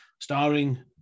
starring